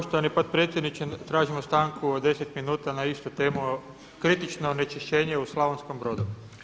Poštovani potpredsjedniče, tražimo stanku od 10 minuta na istu temu kritično onečišćenje u Slavonskom Brodu.